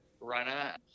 runner